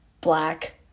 black